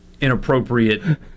inappropriate